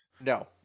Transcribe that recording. No